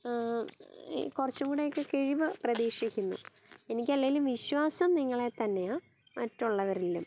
കുറച്ചും കൂടെയൊക്കെ കിഴിവ് പ്രതീക്ഷിക്കുന്നു എനിക്ക് അല്ലേലും വിശ്വാസം നിങ്ങളെ തന്നെയാണ് മറ്റുള്ളവരിലും